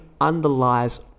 underlies